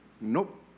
Nope